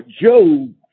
Job